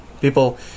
People